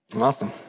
Awesome